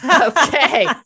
Okay